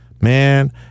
Man